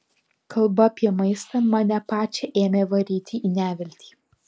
kalba apie maistą mane pačią ėmė varyti į neviltį